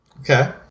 Okay